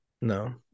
no